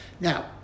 Now